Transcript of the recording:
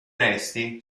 resti